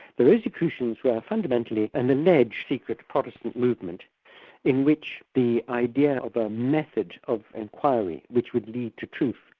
the rosicrucians were fundamentally an alleged secret protestant movement in which the idea of a method of inquiry which would lead to truth,